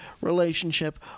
relationship